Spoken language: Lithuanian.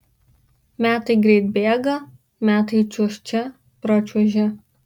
metai greit bėga metai čiuožte pračiuožia